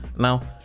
Now